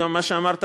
גם מה שאמרת,